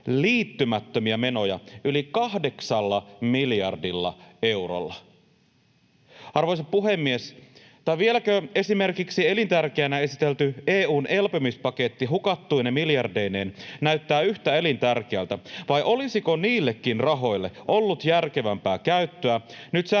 liittymättömiä menoja yli kahdeksalla miljardilla eurolla? Arvoisa puhemies! Vieläkö esimerkiksi elintärkeänä esitelty EU:n elpymispaketti hukattuine miljardeineen näyttää yhtä elintärkeältä, vai olisiko niillekin rahoille ollut järkevämpää käyttöä